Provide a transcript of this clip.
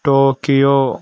Tokyo